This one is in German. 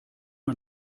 man